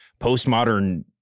postmodern